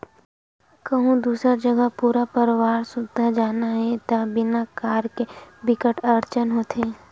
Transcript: कहूँ दूसर जघा पूरा परवार सुद्धा जाना हे त बिना कार के बिकट अड़चन होथे